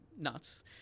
nuts